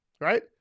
right